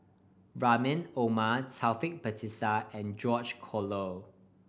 Rahim Omar Taufik Batisah and George Collyer